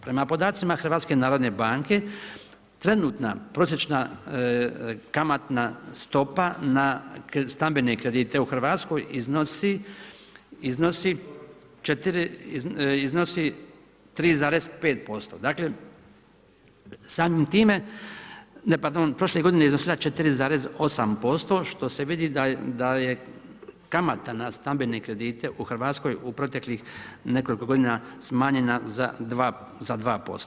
Prema podacima HNB-a, trenutna prosječna kamatna stopa na stambene kredite u Hrvatskoj iznosi 3,5%. dakle samim time, ne, pardon, prošle godine je iznosila 4,8% što se vidi da je kamata na stambene kredite u Hrvatskoj u proteklih nekoliko godina smanjena za 2%